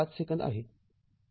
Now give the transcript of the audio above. ५ second आहे